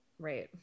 Right